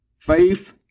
Faith